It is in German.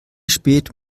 spät